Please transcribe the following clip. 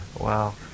Wow